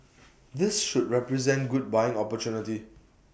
this should represent good buying opportunity